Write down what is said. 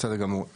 בסדר גמור.